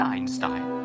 Einstein